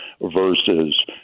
versus